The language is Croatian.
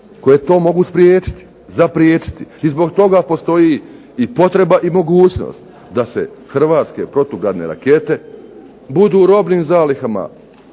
koje to mogu spriječiti, zapriječiti. I zbog toga postoji i potreba i mogućnost da se hrvatske protugradne rakete budu u robnim zalihama